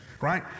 Right